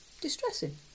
distressing